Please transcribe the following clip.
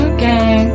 Okay